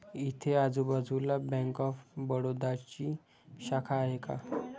इथे आजूबाजूला bank of बडोदाची शाखा आहे का?